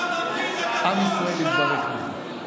עם ישראל התברך בך.